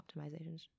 optimizations